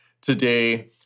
today